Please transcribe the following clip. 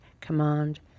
command